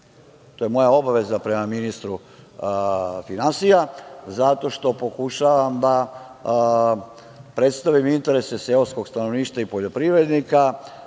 to je moja obaveza prema ministru finansija, zato što pokušavam da predstavim interese seoskog stanovništva i poljoprivrednika,